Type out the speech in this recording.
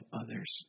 others